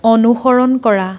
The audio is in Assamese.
অনুসৰণ কৰা